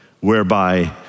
whereby